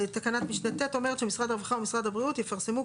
תקנת משנה (ט) אומרת שמשרד הרווחה ומשרד הבריאות יפרסמו,